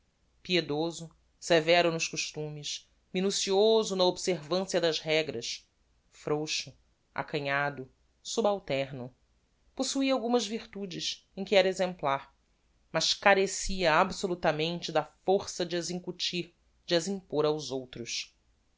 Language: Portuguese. piedoso severo nos costumes minucioso na observancia das regras frouxo acanhado subalterno possuia algumas virtudes em que era exemplar mas carecia absolutamente da força de as incutir de as impôr aos outros